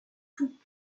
tout